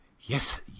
Yes